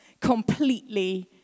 completely